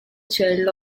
child